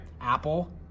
Apple